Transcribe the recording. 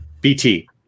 bt